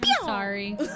Sorry